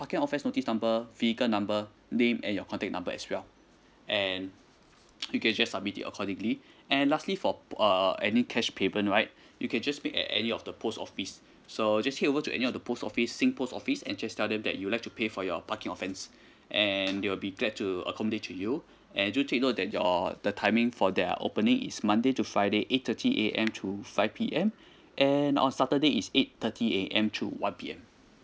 parking offence notice number vehicle number name and your contact number as well and you can just submit it accordingly and lastly for uh any cash payment right you can just make at any of the post office so just head over to any of the post office SING post office and just tell them that you would like to pay for your parking offence and they will be glad to accommodate to you and do take note that your the timing for their opening is monday to friday eight thirty A_M to five P_M and on saturday is eight thirty A_M to one P_M